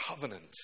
covenant